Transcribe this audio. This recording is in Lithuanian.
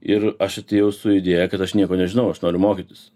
ir aš atėjau su idėja kad aš nieko nežinau aš noriu mokytis